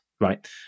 right